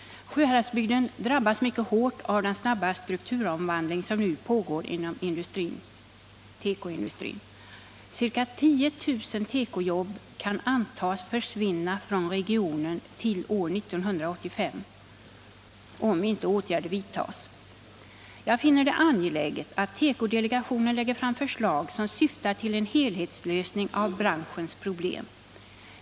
Sjuhäradsbygden drabbas mycket hårt av den snabba strukturomvandling som nu pågår inom tekoindustrin. Ca 10 000 tekojobb kan antas försvinna från regionen till år 1985, om inga åtgärder vidtas. Jag finner det angeläget att tekodelegationen lägger fram förslag som syftar till en helhetslösning av branschens problem.